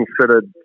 considered